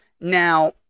Now